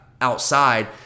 outside